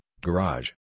garage